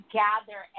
gather